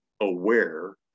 aware